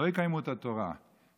שלא יקיימו את התורה,